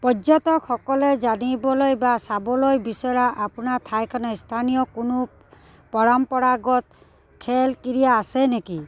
পৰ্যটকসকলে জানিবলৈ বা চাবলৈ বিচৰা আপোনাৰ ঠাইখনে স্থানীয় কোনো পৰম্পৰাগত খেল ক্ৰীড়া আছে নেকি